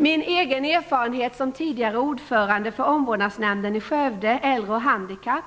Min egen erfarenhet som tidigare ordförande för Omvårdnadsnämnden i Skövde, äldre och handikappade,